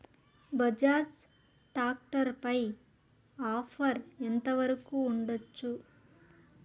Bajaj tractor పై offer ఎంత వరకు ఉండచ్చు?